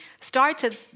started